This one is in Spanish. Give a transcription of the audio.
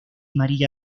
maría